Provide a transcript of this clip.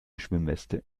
schwimmweste